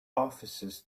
officers